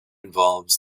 involves